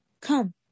Come